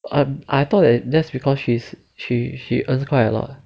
um I thought that's because she's she she earn quite a lot